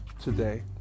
today